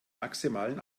maximalen